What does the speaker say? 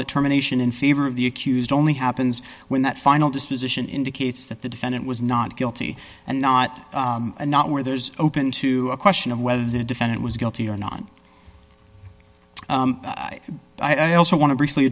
determination in favor of the accused only happens when that final disposition indicates that the defendant was not guilty and not a not where there's open to a question of whether the defendant was guilty or not i also want to briefly